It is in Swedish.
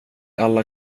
alla